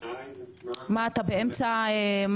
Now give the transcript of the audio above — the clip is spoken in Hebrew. מה עשיתם,